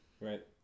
Right